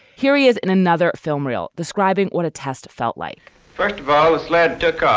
here he is in another film, real, describing what a test felt like first volley sled took ah